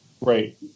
right